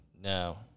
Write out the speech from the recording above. No